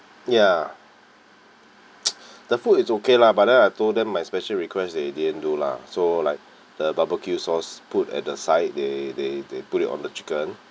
ya the food is okay lah but then I told them my special request they didn't do lah so like the barbecue sauce put at the side they they they put it on the chicken